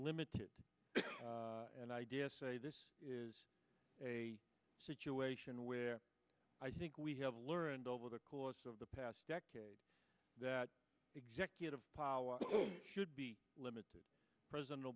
limited and i d s say this is a situation where i think we have learned over the course of the past decade that executive power should be limited pr